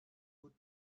put